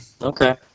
Okay